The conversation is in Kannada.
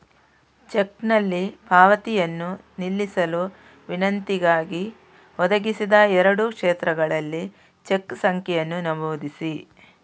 ಚೆಕ್ನಲ್ಲಿ ಪಾವತಿಯನ್ನು ನಿಲ್ಲಿಸಲು ವಿನಂತಿಗಾಗಿ, ಒದಗಿಸಿದ ಎರಡೂ ಕ್ಷೇತ್ರಗಳಲ್ಲಿ ಚೆಕ್ ಸಂಖ್ಯೆಯನ್ನು ನಮೂದಿಸಿ